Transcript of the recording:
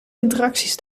interacties